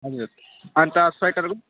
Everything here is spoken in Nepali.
हजुर अन्त स्विटरको